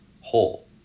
whole